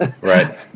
right